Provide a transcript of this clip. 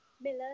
Miller